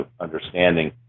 understanding